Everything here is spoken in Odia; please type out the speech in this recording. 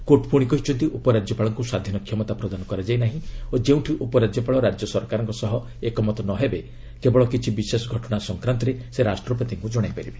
କୋର୍ଟ ପୁଣି କହିଛନ୍ତି ଉପରାଜ୍ୟପାଳଙ୍କୁ ସ୍ୱାଧୀନ କ୍ଷମତା ପ୍ରଦାନ କରାଯାଇ ନାହିଁ ଓ ଯେଉଁଠି ଉପରାଜ୍ୟପାଳ ରାଜ୍ୟ ସରକାରଙ୍କ ସହ ଏକମତ ନ ହେବେ କେବଳ କିଛି ବିଶେଷ ଘଟଣା ସଂକ୍ରାନ୍ତରେ ସେ ରାଷ୍ଟ୍ରପତିଙ୍କୁ ଜଣାଇ ପାରିବେ